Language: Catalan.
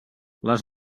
les